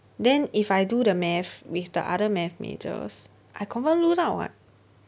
then if I do the math with the other math majors I confirm lose out [what]